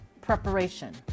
Preparation